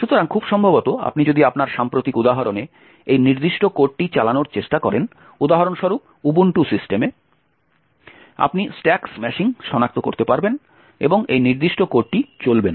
সুতরাং খুব সম্ভবত আপনি যদি আপনার সাম্প্রতিক উদাহরণে এই নির্দিষ্ট কোডটি চালানোর চেষ্টা করেন উদাহরণস্বরূপ উবুন্টু সিস্টেমে আপনি স্ট্যাক স্ম্যাশিং সনাক্ত করতে পারবেন এবং এই নির্দিষ্ট কোডটি চলবে না